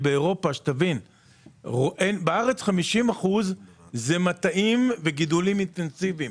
כי בארץ 50% זה מטעים וגידולים אינטנסיביים,